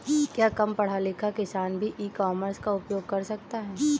क्या कम पढ़ा लिखा किसान भी ई कॉमर्स का उपयोग कर सकता है?